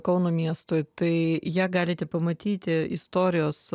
kauno miestui tai ją galite pamatyti istorijos